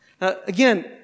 Again